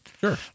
Sure